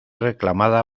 reclamada